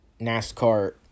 NASCAR